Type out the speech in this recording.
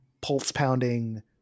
pulse-pounding